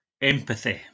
Empathy